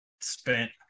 spent